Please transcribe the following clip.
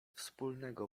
wspólnego